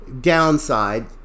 downside